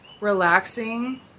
relaxing